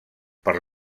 per